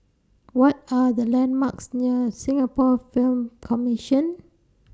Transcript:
What Are The landmarks near Singapore Film Commission